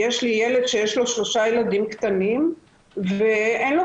כי יש לי ילד שיש לו שלושה ילדים קטנים ואין לו